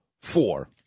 four